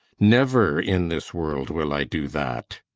never in this world will i do that!